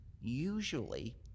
usually